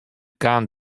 kaam